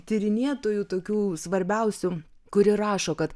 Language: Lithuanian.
tyrinėtojų tokių svarbiausių kuri rašo kad